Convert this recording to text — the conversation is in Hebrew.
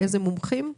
איזה מומחים?